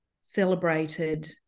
celebrated